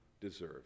deserve